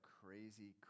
crazy